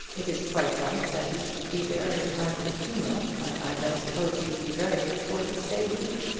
it is quite right that you should be there in time for the funeral but i don't suppose he will be buried before this day week.